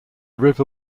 river